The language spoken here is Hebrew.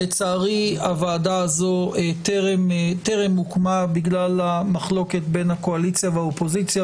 לצערי הוועדה הזאת טרם הוקמה בגלל המחלוקת בין הקואליציה והאופוזיציה,